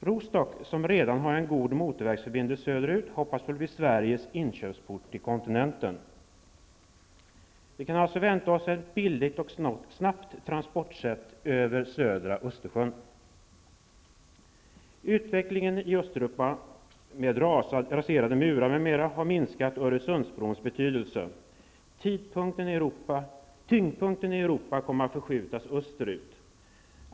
Rostock, som redan har en god motorvägsförbindelse söderut, hoppas bli Sveriges inkörsport till kontinenten. Vi kan alltså vänta ett billigt och snabbt transportsätt över södra har minskat Öresundsbrons betydelse. Tyngdpunkten i Europa kommer att förskjutas österut.